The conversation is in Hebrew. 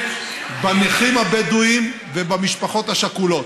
בנכים הבדואים ובמשפחות השכולות.